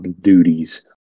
duties